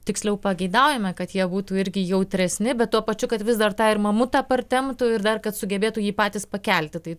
tiksliau pageidaujame kad jie būtų irgi jautresni bet tuo pačiu kad vis dar tą ir mamutą partemptų ir dar kad sugebėtų jį patys pakelti tai